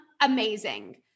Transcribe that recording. amazing